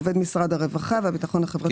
עובד משרד הרווחה והביטחון החברתי שבעל ידע ומומחיות.